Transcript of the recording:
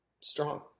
Strong